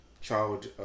child